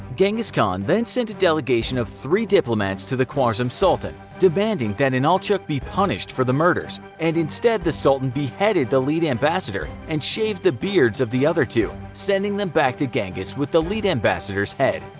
genghis khan then sent a delegation of three diplomats to the khwarizm sultan, demanding that inalchuq be punished for the murders, and instead the sultan beheaded the lead ambassador and shaved the beards of the other two, sending them back to genghis with the lead ambassador's head.